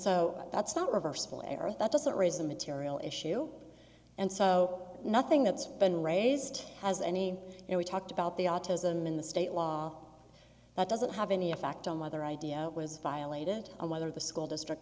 so that's not reversible error that doesn't raise a material issue and so nothing that's been raised has any and we talked about the autism in the state law that doesn't have any effect on whether idea was violated or whether the school district